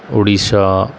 Orissa